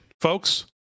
folks